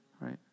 Right